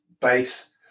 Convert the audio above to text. Base